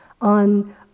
on